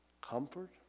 Comfort